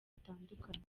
butandukanye